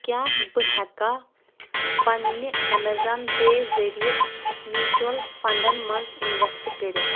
کیٛاہ بہٕ ہٮ۪کا پنِنہِ اَمیزان پے ذٔریعہٕ میوچل فنڈَن منٛز انویسٹ کٔرِتھ